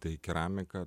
tai keramika